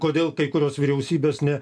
kodėl kai kurios vyriausybės ne